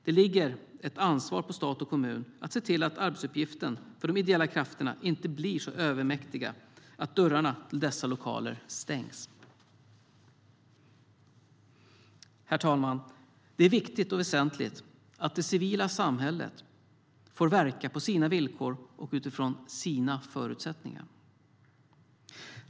Det ligger ett ansvar på stat och kommun att se till att arbetsuppgiften för de ideella krafterna inte blir så övermäktig att dörrarna till dessa lokaler stängs. Herr talman! Det är viktigt och väsentligt att det civila samhället får verka på sina villkor och utifrån sina förutsättningar.